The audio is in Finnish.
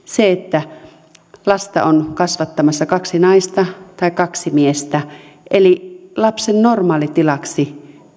se että lasta on kasvattamassa kaksi naista tai kaksi miestä eli lapsen normaalitilaksi tulee määritellään